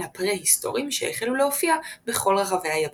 הפרהיסטוריים שהחלו להופיע בכל רחבי היבשת.